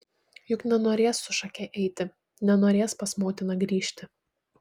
juk nenorės su šake eiti nenorės pas motiną grįžti